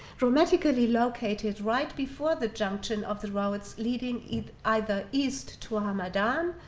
dramatically located right before the junction of the roads leading either either east to hamadan,